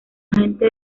agente